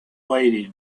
lady